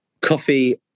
coffee